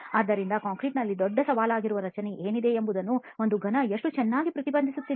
ಆದ್ದರಿಂದ ಕಾಂಕ್ರೀಟ್ನಲ್ಲಿ ದೊಡ್ಡ ಸವಾಲಾಗಿರುವ ರಚನೆಯಲ್ಲಿ ಏನಿದೆ ಎಂಬುದನ್ನು ಒಂದು ಘನ ಎಷ್ಟು ಚೆನ್ನಾಗಿ ಪ್ರತಿಬಿಂಬಿಸುತ್ತದೆ